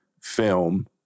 film